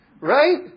Right